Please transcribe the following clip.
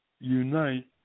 unite